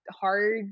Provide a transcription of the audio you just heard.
hard